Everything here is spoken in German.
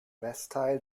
westteil